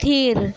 ᱛᱷᱤᱨ